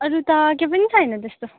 अरू त के पनि छैन त्यस्तो